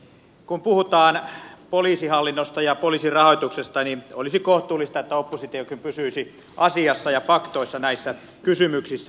kun puhutaan poliisihallinnosta ja poliisin rahoituksesta olisi kohtuullista että oppositiokin pysyisi asiassa ja faktoissa näissä kysymyksissä